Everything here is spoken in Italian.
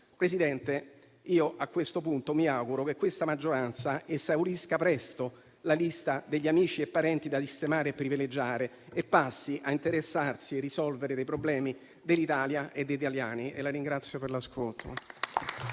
Presidente, a questo punto mi auguro che questa maggioranza esaurisca presto la lista degli amici e parenti da sistemare e privilegiare e passi a interessarsi e risolvere i problemi dell'Italia e degli italiani.